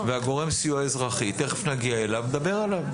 גורם סיוע אזרחי, תיכף נגיע אליו, נדבר עליו.